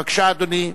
בבקשה, אדוני.